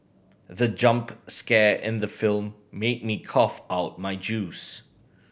the jump scare in the film made me cough out my juice